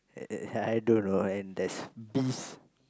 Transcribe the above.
I don't know and there is a beast